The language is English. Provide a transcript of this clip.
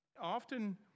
often